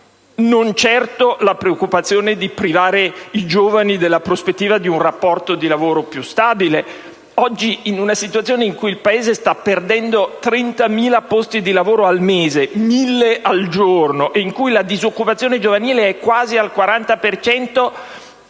Non certo la preoccupazione di privare i giovani della prospettiva di un rapporto di lavoro più stabile: oggi, in una situazione in cui il Paese sta perdendo 30.000 posti di lavoro al mese (1.000 al giorno!) e in cui la disoccupazione giovanile è quasi al 40